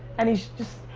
and he's just,